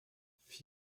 vier